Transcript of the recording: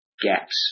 gaps